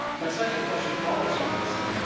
my second question follows from this, then,